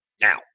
now